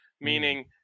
meaning –